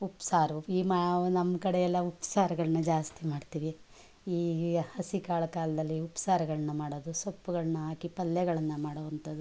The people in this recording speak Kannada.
ಉಪ್ಸಾರು ಈ ಮ್ಯಾವ್ ನಮ್ಮ ಕಡೆಯೆಲ್ಲ ಉಪ್ಸಾರ್ಗಳನ್ನ ಜಾಸ್ತಿ ಮಾಡ್ತೀವಿ ಈ ಹಸಿ ಕಾಳು ಕಾಲದಲ್ಲಿ ಉಪ್ಸಾರ್ಗಳನ್ನ ಮಾಡೋದು ಸೊಪ್ಪುಗಳನ್ನ ಹಾಕಿ ಪಲ್ಯಗಳನ್ನು ಮಾಡೋವಂಥದು